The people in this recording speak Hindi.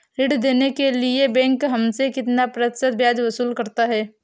ऋण देने के लिए बैंक हमसे कितना प्रतिशत ब्याज वसूल करता है?